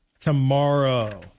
tomorrow